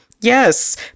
yes